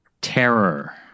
terror